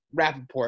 Rapidport